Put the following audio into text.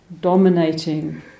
Dominating